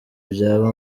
byaba